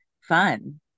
fun